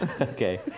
Okay